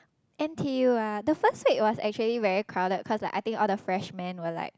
N_T_U ah the first week was actually very crowded cause like I think all the freshmen were like